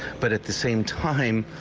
but at the same time,